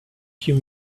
few